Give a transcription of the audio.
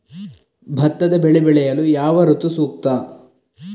ಭತ್ತದ ಬೆಳೆ ಬೆಳೆಯಲು ಯಾವ ಋತು ಸೂಕ್ತ?